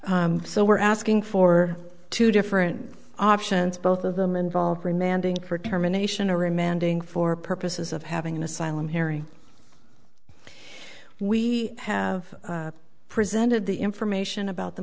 asylum so we're asking for two different options both of them involve remanding for terminations or remanding for purposes of having an asylum hearing we have presented the information about the